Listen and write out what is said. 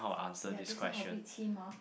ya this one a bit chim hor